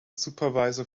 supervisor